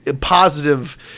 positive